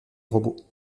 robots